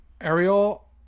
Ariel